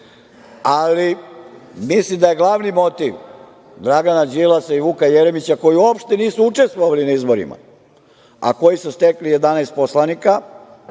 itd. Mislim da je glavni motiv Dragana Đilasa i Vuka Jeremića koji uopšte nisu učestvovali na ovim izborima, a koji su stekli 11 poslanika